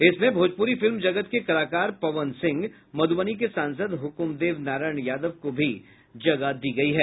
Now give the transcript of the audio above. इसमें भोजपुरी फिल्म जगत के कलाकार पवन सिंह मधुबनी के सांसद हुकुमदेव नारायण यादव को भी जगह दी गयी है